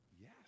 Yes